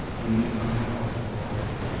he knew not how or where!